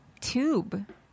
tube